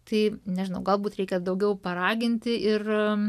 tai nežinau galbūt reikia daugiau paraginti ir